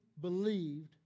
believed